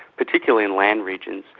particularly in land regions.